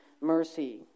mercy